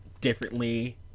differently